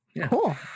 Cool